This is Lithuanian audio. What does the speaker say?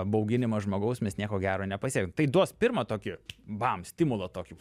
bauginimą žmogaus mes nieko gero nepasieks tai duos pirmą tokį bam stimulą tokį